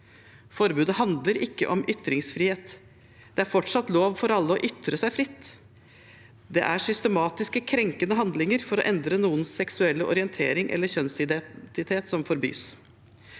Forbudet handler ikke om ytringsfrihet. Det er fortsatt lov for alle å ytre seg fritt. Det er systematisk krenkende handlinger for å endre noens seksuelle orientering eller kjønnsidentitet som forbys.